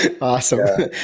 Awesome